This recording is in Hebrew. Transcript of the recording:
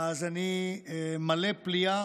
אז אני מלא פליאה.